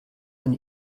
eine